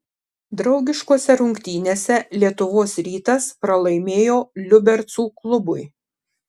draugiškose rungtynėse lietuvos rytas pralaimėjo liubercų klubui